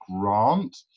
grant